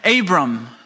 Abram